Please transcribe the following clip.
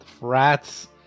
Rats